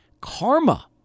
Karma